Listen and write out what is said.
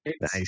nice